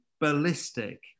ballistic